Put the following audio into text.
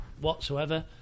whatsoever